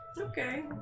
Okay